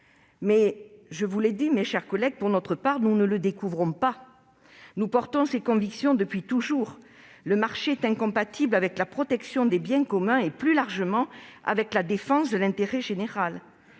Pour notre part, mes chers collègues, nous ne le découvrons pas. Nous portons ces convictions depuis toujours. Le marché est incompatible avec la protection des biens communs et, plus largement, avec la défense de l'intérêt général.